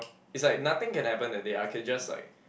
is like nothing can happen that day I can just like